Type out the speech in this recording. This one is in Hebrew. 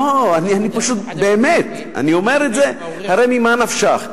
לא, אני אומר את זה: ממה נפשך?